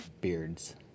beards